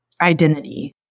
identity